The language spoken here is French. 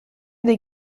des